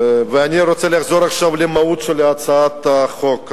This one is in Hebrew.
אני רוצה לחזור עכשיו למהות של הצעת החוק.